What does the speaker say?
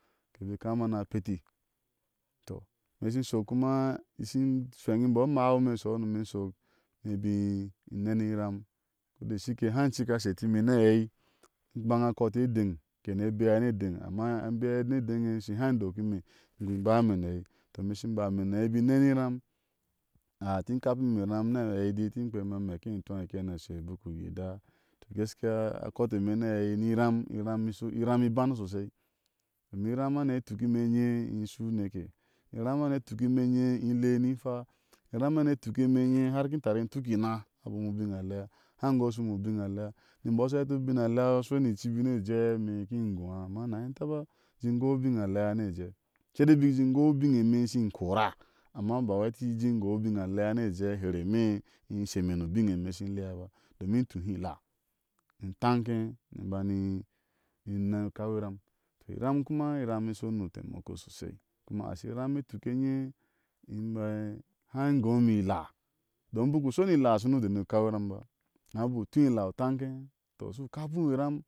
Kebe e kami ni a peti tɔ ime shi shɔk kuma tiŋ hweɔ imɔɔ a maai ime i shɔuho no, ime imbai ineni iram. koda shike, in haŋe cika e shetime na aei ibaŋa kɔti edéŋ ke ne bea ni edéŋ amma, me be ni edeŋe, ishi haŋi i dokime in gui imbaa me ni aɛi tɔ ime ishi imbaa me ni aɛi, ibai neni iram, atin kapei mie iram, amɛk eintó kene ushe bik u yedda tɔ gaskiuya a kɔti imeni aɛi ni iram iram iban sosai. domin iram hane ituk ime mye imshu u neke iram hane ituk ime inye ile nim hwa, iran hane ituk ime inye har ki intari tuk inna, abom u bin a lea hańe goshime ubin alea ni mbɔɔ asha hɛti ubin alea u shɔni icibi ni ejɛ lime in kin góa amma inali intaba in jé goi ubinalea ni eje sai dai ibik in jé goi u biye ime ishim kora, ana ba wci in jéi e goi ubin alea ni ejɛ hari e ime shin sheme ni ubine imeishi lea ba. domin intúhi ila in taŋke, ni iban e kau iram. tɔ iram kuma, iram ishɔni u taimako sosai. kuma ashi iram ituk enye inne haŋe guime ila, domin u bik u shini ila, u shiu ni u dé ni u kau iram ba. amma ibiku tún ila utaŋ ke, tɔ ushi u kapi iŋo iran